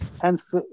hence